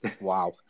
Wow